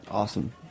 Awesome